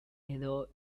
edo